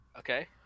Okay